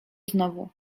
znowu